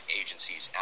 agencies